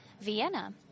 Vienna